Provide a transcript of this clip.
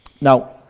Now